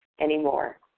anymore